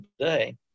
today